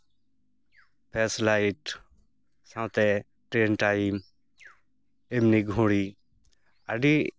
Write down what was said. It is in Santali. ᱯᱷᱮᱹᱥ ᱞᱟᱭᱤᱴ ᱥᱟᱶᱛᱮ ᱴᱨᱮᱹᱱ ᱴᱟᱭᱤᱢ ᱮᱢᱱᱤ ᱜᱷᱩᱲᱤ ᱟᱹᱰᱤ